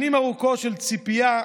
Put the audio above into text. שנים ארוכות של צפייה,